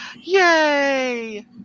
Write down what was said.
yay